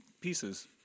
pieces